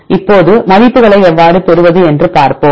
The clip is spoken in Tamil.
இப்போது மதிப்புகளை எவ்வாறு பெறுவது என்று பார்ப்போம்